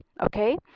okay